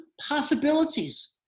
possibilities